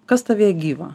kas tavyje gyvą